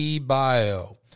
Bio